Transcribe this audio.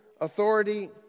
authority